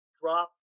drop